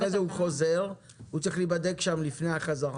אחרי זה הוא חוזר, הוא צריך להיבדק שם לפני החזרה,